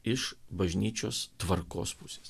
iš bažnyčios tvarkos pusės